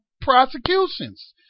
prosecutions